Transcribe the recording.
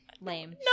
Lame